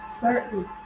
certain